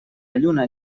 lluna